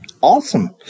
awesome